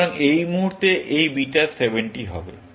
সুতরাং এই মুহুর্তে এই বিটা 70 হবে